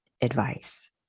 advice